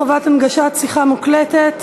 חובת הנגשת שיחה מוקלטת).